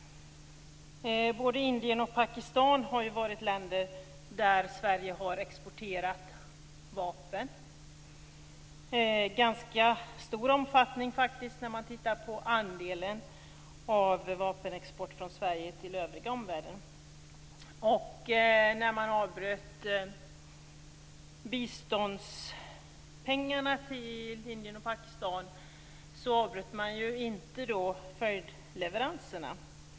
Både Indien och Pakistan har ju varit länder som Sverige har exporterat vapen till - i ganska stor omfattning faktiskt när man tittar på andelen vapenexport från Sverige till den övriga omvärlden. När man avbröt biståndet till Indien och Pakistan avbröt man ju inte följdleveranserna.